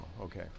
Okay